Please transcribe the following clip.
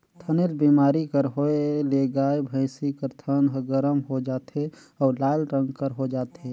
थनैल बेमारी कर होए ले गाय, भइसी कर थन ह गरम हो जाथे अउ लाल रंग कर हो जाथे